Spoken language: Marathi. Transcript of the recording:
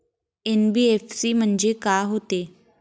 एन.बी.एफ.सी म्हणजे का होते?